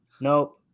nope